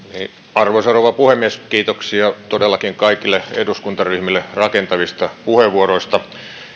arvoisa rouva puhemies kiitoksia todellakin kaikille eduskuntaryhmille rakentavista puheenvuoroista